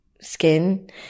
skin